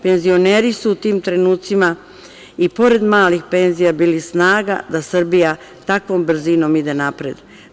Penzioneri su u tim trenucima i pored malih penzija bili snaga da Srbija takvom brzinom ide napred.